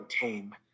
tame